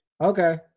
Okay